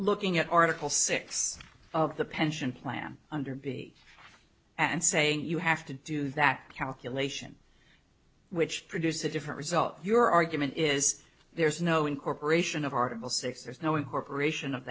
looking at article six of the pension plan under b and saying you have to do that calculation which produce a different result your argument is there's no incorporation of article six there's no incorporation of